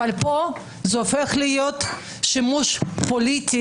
אבל פה זה הופך להיות שימוש פוליטי,